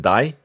Die